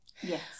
yes